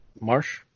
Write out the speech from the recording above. Marsh